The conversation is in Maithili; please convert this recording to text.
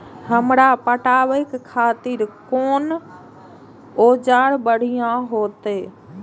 हमरा पटावे खातिर कोन औजार बढ़िया रहते?